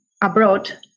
abroad